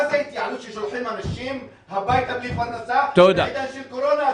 מה זה התייעלות ששולחים אנשים הביתה בלי פרנסה בעידן של קורונה,